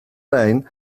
lane